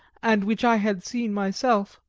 and which i had seen myself,